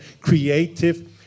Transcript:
Creative